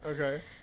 Okay